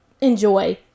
enjoy